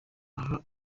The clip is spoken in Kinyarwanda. aha